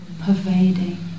pervading